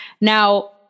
Now